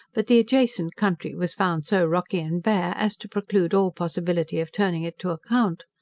but the adjacent country was found so rocky and bare, as to preclude all possibility of turning it to account.